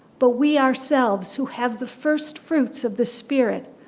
but we ourselves, who have the firstfruits of the spirit,